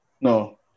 No